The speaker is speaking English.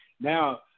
now